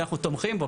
שאנחנו תומכים בו,